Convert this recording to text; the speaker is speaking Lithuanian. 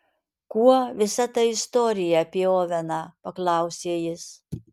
kuo visa ta istorija apie oveną paklausė jis